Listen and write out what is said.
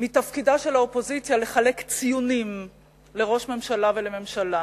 מתפקידה של האופוזיציה לחלק ציונים לראש ממשלה ולממשלה.